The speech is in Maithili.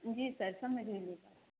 जी सर समझि गेलियै